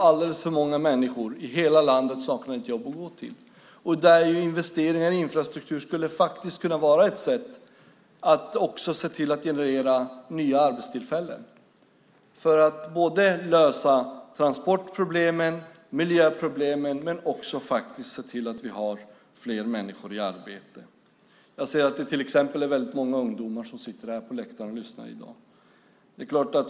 Alldeles för många människor i landet saknar ett jobb att gå till. Därför skulle investeringar i infrastruktur kunna vara ett sätt att generera nya arbetstillfällen. Det skulle lösa transportproblemen och miljöproblemen och också medföra att fler människor kom i arbete. Jag ser att det är många ungdomar som sitter på läktaren och lyssnar i dag.